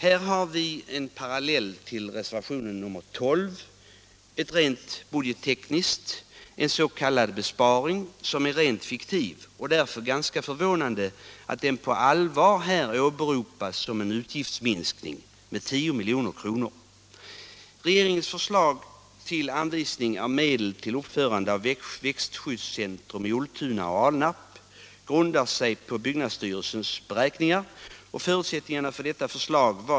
Här har vi en parallell till reservationen 12, budgettekniskt en ”besparing” som är rent fiktiv, och det är därför ganska förvånande att den på allvar åberopas som en utgiftsminskning med 10 milj.kr.